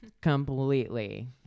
completely